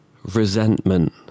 Resentment